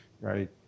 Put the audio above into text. right